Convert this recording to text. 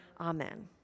Amen